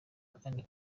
annie